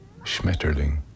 schmetterling